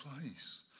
place